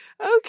okay